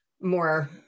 more